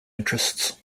interests